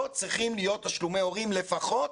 לא צריכים להיות תשלומי הורים, לפחות